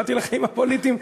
באתי לחיים הפוליטיים,